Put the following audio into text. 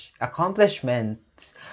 accomplishments